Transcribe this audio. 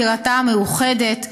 בירתה המאוחדת,